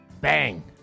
Bang